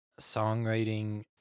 songwriting